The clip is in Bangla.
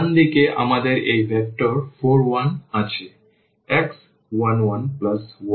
ডান দিকে আমাদের এই ভেক্টর 4 1 আছে